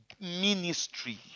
ministry